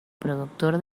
productor